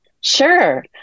Sure